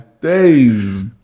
days